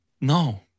No